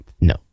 No